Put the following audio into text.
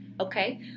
okay